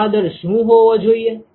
પ્રવાહ દર શું હોવો જોઈએ